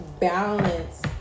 balance